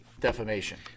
defamation